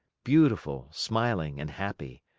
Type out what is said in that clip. beautiful, smiling, and happy,